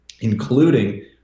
including